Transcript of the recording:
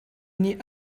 nih